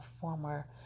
former